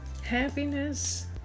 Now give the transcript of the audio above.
Happiness